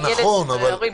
זה נכון,